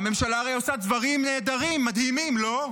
הממשלה הרי עושה דברים נהדרים, מדהימים, לא?